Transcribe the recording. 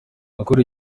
ukuri